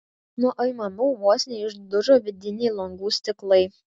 nuo aimanų vos neišdužo vidiniai langų stiklai